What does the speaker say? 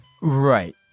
Right